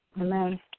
Amen